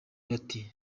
bati